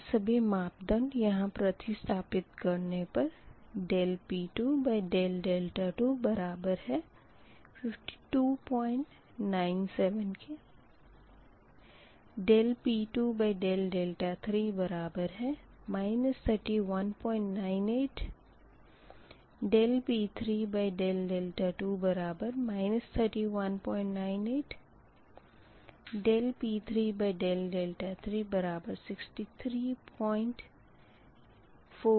यह सभी मापदंड यहाँ प्रतिस्थपित करने पर dp2d2 बराबर 5297 dp2d3 बराबर 3198 dp3d2 बराबर 3198 और dp3d3 बराबर 6348 प्राप्त होगा